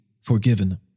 forgiven